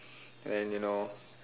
and you know